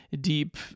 deep